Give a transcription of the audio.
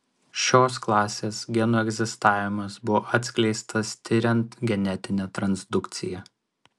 šios klasės genų egzistavimas buvo atskleistas tiriant genetinę transdukciją